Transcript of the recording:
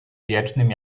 wiecznym